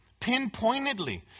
pinpointedly